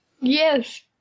Yes